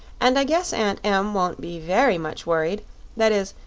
and i guess aunt em won't be very much worried that is,